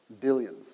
Billions